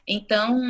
Então